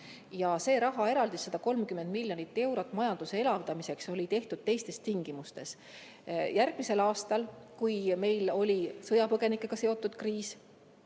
Ja see rahaeraldis, 130 miljonit eurot majanduse elavdamiseks, oli tehtud teistes tingimustes. Järgmisel aastal, kui meil oli sõjapõgenikega seotud kriis,